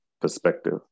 perspective